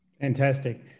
fantastic